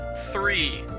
Three